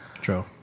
True